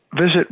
visit